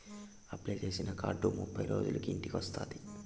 apply చేసిన card ముప్పై రోజులకు ఇంటికి వస్తాది